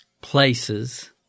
places